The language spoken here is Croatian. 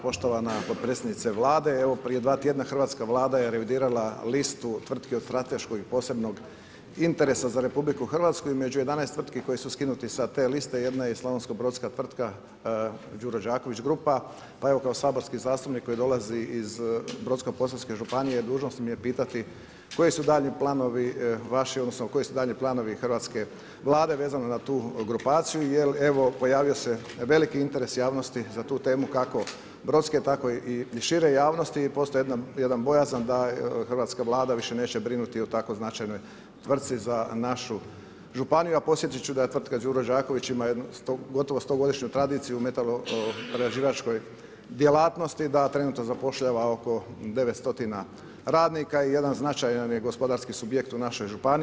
Poštovana potpredsjednice Vlade, evo prije 2 tjedna hrvatska Vlada je revidirala listu tvrtki od strateškog i posebnog interesa za RH i među 11 tvrtki koje su skinute sa te liste jedna je i slavonsko-brodska tvrtka Đuro Đaković grupa pa evo kao saborski zastupnik koji dolazi iz Brodsko-posavske županije, dužnost mi je pitati koji su daljnji planovi vaši, odnosno koji su daljnji planovi hrvatske Vlade vezano na tu grupaciju jer evo pojavio se veliki interes javnosti za tu temu kako brodske tako i šire javnosti i postoji jedna bojazan da hrvatska Vlada više neće brinuti o tako značajnoj tvrtci za našu županiju a podsjetiti ću da tvrtka Đuro Đaković ima jednu gotovo stogodišnju tradiciju metalo-prerađivačkoj djelatnosti, da trenutno zapošljava oko 900 radnika i jedan značajan je gospodarski županiji.